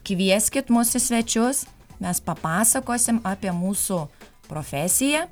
kvieskit mus į svečius mes papasakosim apie mūsų profesiją